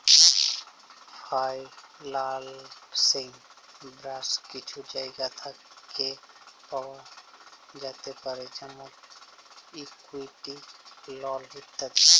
ফাইলালসিং ব্যাশ কিছু জায়গা থ্যাকে পাওয়া যাতে পারে যেমল ইকুইটি, লল ইত্যাদি